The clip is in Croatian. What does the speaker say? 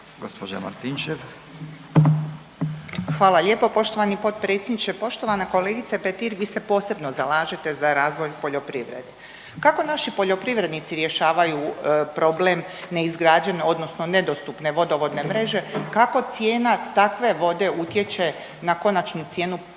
Hvala lijepo poštovani potpredsjedniče. Poštovana kolegice Petir vi se posebno zalažete za razvoj poljoprivrede. Kako naši poljoprivrednici rješavaju problem neizgrađene odnosno nedostupne vodovodne mreže? Kako cijena takve vode utječe na konačnu cijenu naših poljoprivrednih